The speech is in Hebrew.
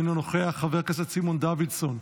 אינו נוכח, חבר הכנסת סימון דוידסון,